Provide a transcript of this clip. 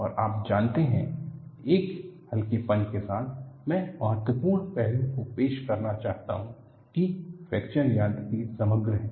और आप जानते हैं एक हल्केपन के साथ मैं महत्वपूर्ण पहलू को पेश करना चाहूंगा कि फ्रैक्चर यांत्रिकी समग्र है